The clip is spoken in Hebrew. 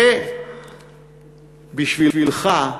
ובשבילך,